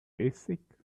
basic